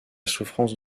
souffrance